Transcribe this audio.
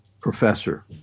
professor